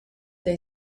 they